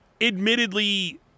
admittedly